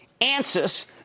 Ansys